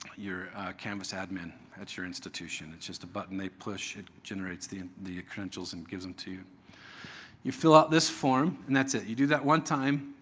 canvas admin. that's your institution. it's just a button they push. it generates the the credentials and gives them to you. you fill out this form, and that's it. you do that one time.